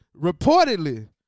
reportedly